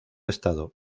estado